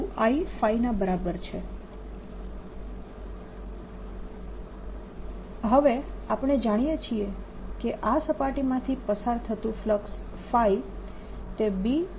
LI12I ϕ હવે આપણે જાણીએ છીએ કે આ સપાટી માંથી પસાર થતું ફ્લક્સ ϕ એ B